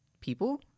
people